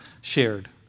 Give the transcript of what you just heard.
shared